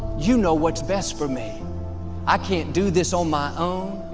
you know what's best for me i can't do this on my own.